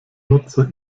nutzer